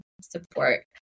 support